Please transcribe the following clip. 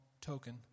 token